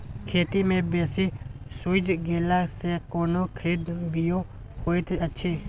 खेत मे बेसी सुइख गेला सॅ कोनो खराबीयो होयत अछि?